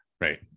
right